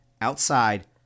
outside